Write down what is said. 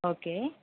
okay